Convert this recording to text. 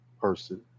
person